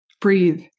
breathe